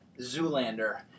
Zoolander